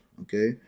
okay